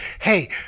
Hey